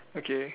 okay